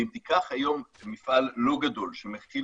ואם תיקח היום מפעל לא גדול שמכיל